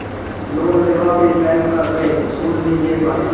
loan लेहला पे bank कर में छुट भी देत बाटे